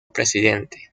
presidente